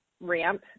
ramp